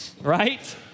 Right